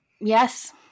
yes